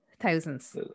thousands